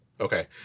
Okay